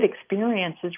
experiences